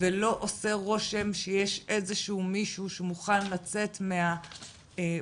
ולא עושה רושם שיש איזשהו מישהו שמוכן לצאת מהבועה